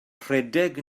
rhedeg